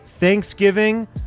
Thanksgiving